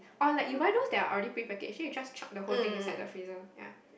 or like you buy those that are already prepackaged then you just chuck the whole thing inside the freezer ya